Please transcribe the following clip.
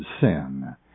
sin